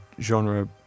genre